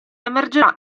emergerà